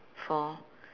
four